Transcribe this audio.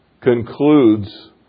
concludes